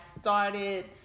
started